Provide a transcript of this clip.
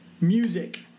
music